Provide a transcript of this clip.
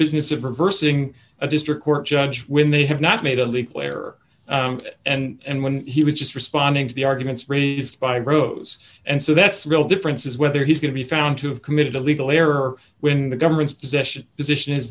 business of reversing a district court judge when they have not made a league player and when he was just responding to the arguments raised by rose and so that's real difference is whether he's going to be found to have committed a legal error or when the government's position